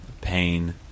pain